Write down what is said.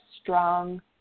strong